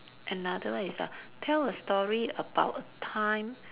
another one is a tell a story about a time